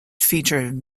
featured